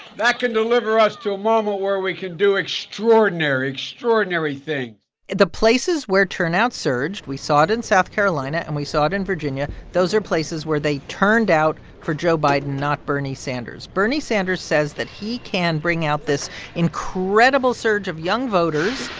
that can deliver us to a moment where we can do extraordinary, extraordinary things the places where turnout surged we saw it in south carolina, and we saw it in virginia. those are places where they turned out for joe biden not bernie sanders. bernie sanders says that he can bring out this incredible surge of young voters,